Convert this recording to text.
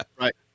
right